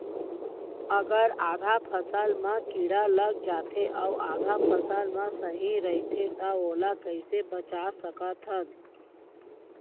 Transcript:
अगर आधा फसल म कीड़ा लग जाथे अऊ आधा फसल ह सही रइथे त ओला कइसे बचा सकथन?